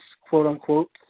quote-unquote